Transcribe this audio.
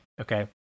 Okay